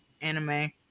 anime